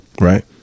right